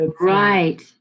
right